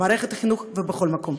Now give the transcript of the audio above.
במערכת החינוך ובכל מקום.